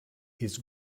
his